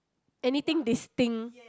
anything distinct